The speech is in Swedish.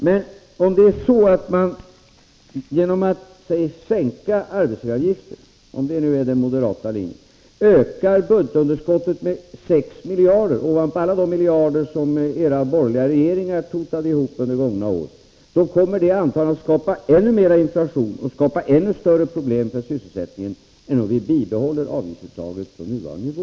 Men om det är så att man genom att sänka arbetsgivaravgiften, om det nu är den moderata linjen, ökar budgetunderskottet med 6 miljarder ovanpå alla de miljarder som era borgerliga regeringar totat ihop under de gångna åren, kommer det antagligen att skapa ännu mer inflation och ännu större problem för sysselsättningen än om vi bibehåller avgiftsuttaget på nuvarande nivå.